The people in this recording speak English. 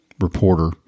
reporter